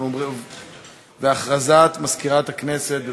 אנחנו עוברים להודעת מזכירת הכנסת.